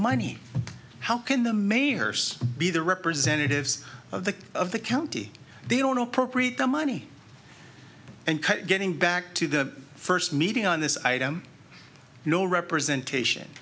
money how can the mayors be the representatives of the of the county they don't know appropriate the money and getting back to the first meeting on this item no representation